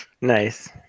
nice